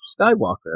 Skywalker